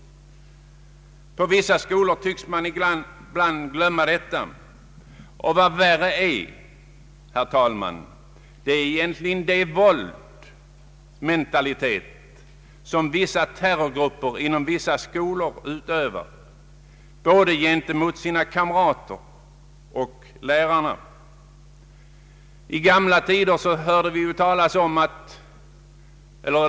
På vissa skolor tycks man ibland glömma detta. Vad värre är, herr talman, är egentligen den våldsmentalitet som vissa terrorgrupper inom en del skolor utövar både gentemot sina kamrater och gentemot lärarna.